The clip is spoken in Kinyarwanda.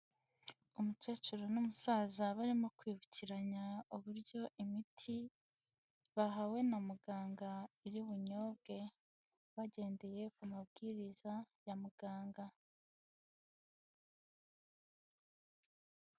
Umukecuru n'umusaza barimo kwibukiranya uburyo imiti bahawe na muganga iri bunyobwe, bagendeye ku mabwiriza ya muganga.